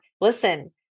listen